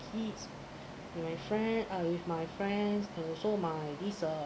kids and my friend uh with my friend and also my niece uh